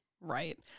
Right